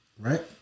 right